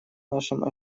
нашим